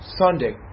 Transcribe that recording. Sunday